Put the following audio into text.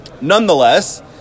Nonetheless